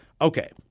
Okay